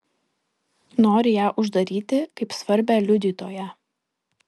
nori ją uždaryti kaip svarbią liudytoją